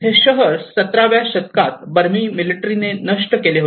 हे शहर 17 व्या शतकात बर्मी मिलिटरीने नष्ट केले होते